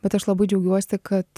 bet aš labai džiaugiuosi kad